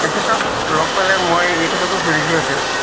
তেখেতক লগ পালে মই এই কথাটো সুধিলোহেঁতেন